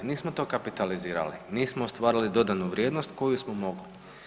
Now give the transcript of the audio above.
Nismo to kapitalizirali, nismo stvarali dodanu vrijednost koju smo mogli.